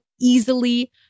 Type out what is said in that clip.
easily